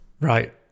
Right